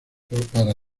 para